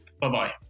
Bye-bye